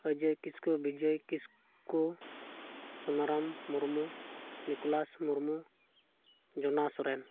Ajoy Kisku Bijay Kisku Sunaram Murmu Nicholas Murmu Jona Soren